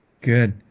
Good